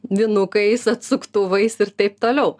vinukais atsuktuvais ir taip toliau